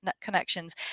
connections